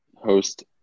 host